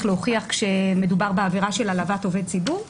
להוכיח כשמדובר בעבירה של העלבת עובד ציבור.